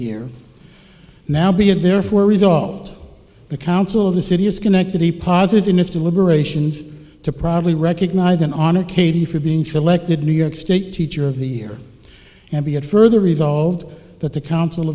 year now being there for resolved the council of the city of schenectady pass in its deliberations to probably recognize and honor katie for being selected new york state teacher of the year and be it further resolved that the council